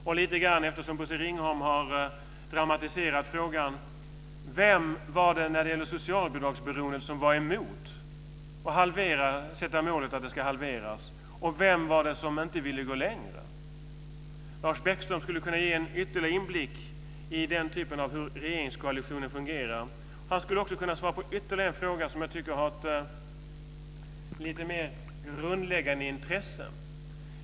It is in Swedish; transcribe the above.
Och vidare, eftersom Bosse Ringholm har dramatiserat frågan: Vem var det som var emot att sätta målet att socialbidragsberoendet ska halveras, och vem var det som inte ville gå längre? Lars Bäckström skulle kunna ge ytterligare inblickar av den typen i hur regeringskoalitionen fungerar. Han skulle också kunna svara på ytterligare en fråga som jag tycker är av lite mer grundläggande intresse.